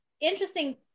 interesting